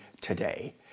today